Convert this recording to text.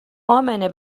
امنه